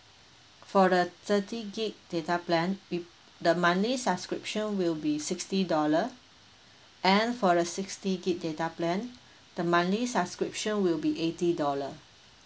for the thirty gig data plan the monthly subscription will be sixty dollar and for the sixty gig data plan the monthly subscription will be eighty dollar